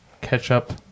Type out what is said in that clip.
ketchup